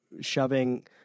shoving